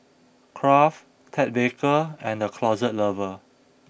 Kraft Ted Baker and The Closet Lover